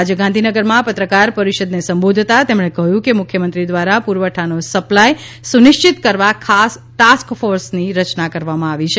આજે ગાંધીનગરમાં પત્રકાર પરિષદને સંબોધતા તેમણે કહ્યું કે મુખ્યમંત્રી દ્વારા પુરવઠાનો સપ્લાય સુનિશ્ચિત કરવા ખાસ ટાસ્કફોર્સની રચના કરવામાં આવી છે